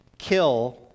kill